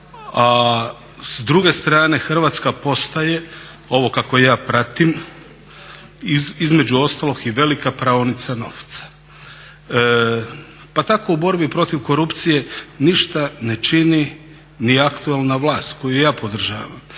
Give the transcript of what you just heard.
a s druge strane Hrvatska postoje, ovo kako ja pratim između ostalog i velika praonica novca. Pa tako u borbi protiv korupcije ništa ne čini ni aktualna vlast koju ja podržavam,